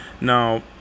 Now